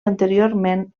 anteriorment